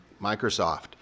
Microsoft